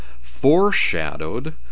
foreshadowed